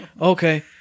Okay